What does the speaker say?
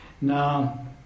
Now